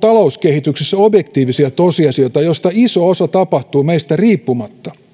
talouskehityksessä on objektiivisia tosiasioita joista iso osa tapahtuu meistä riippumatta